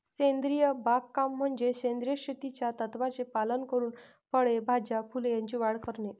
सेंद्रिय बागकाम म्हणजे सेंद्रिय शेतीच्या तत्त्वांचे पालन करून फळे, भाज्या, फुले यांची वाढ करणे